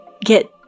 get